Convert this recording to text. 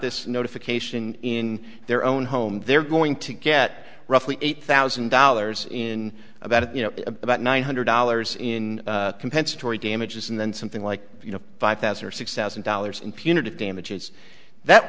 this notification in their own home they're going to get roughly eight thousand dollars in about it you know about nine hundred dollars in compensatory damages and then something like you know five thousand or six thousand dollars in